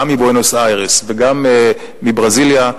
גם מבואנוס-איירס וגם מברזיליה,